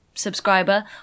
subscriber